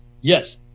Yes